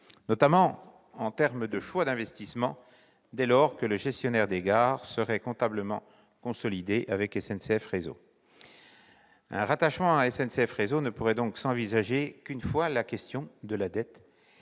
notamment en termes de choix d'investissement, dès lors que le gestionnaire des gares serait comptablement consolidé avec SNCF Réseau ». Un rattachement à SNCF Réseau ne pourrait donc s'envisager qu'une fois la question de la dette réglée